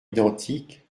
identiques